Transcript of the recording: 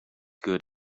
good